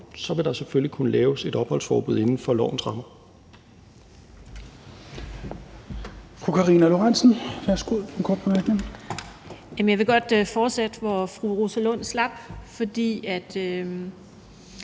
vil der selvfølgelig kunne laves et opholdsforbud inden for lovens rammer.